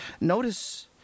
Notice